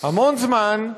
המון זמן,